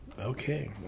Okay